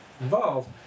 involved